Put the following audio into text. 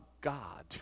God